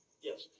Yes